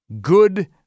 good